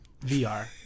VR